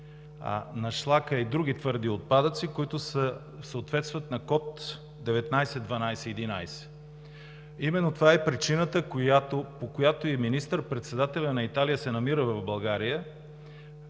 а на шлака и други твърди отпадъци, които съответстват на код 191211. Именно това е причината, по която и министър-председателят на Италия се намира в България,